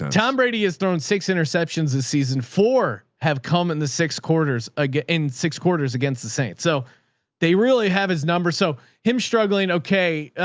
tom brady has thrown six interceptions as season four have come in the six quarters again in six quarters against the saints. so they really have his number. so him struggling. okay.